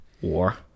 War